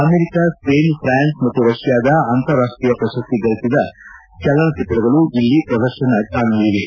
America Spain France ಮತ್ತು ರಷ್ಟಾದ ಅಂತಾರಾಷ್ಷೀಯ ಪ್ರಶಸ್ತಿ ಗಳಿಸಿದ ಚಲನಚಿತ್ರಗಳು ಇಲ್ಲಿ ಪ್ರದರ್ಶನ ಕಾಣಲಿವೆ